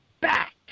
back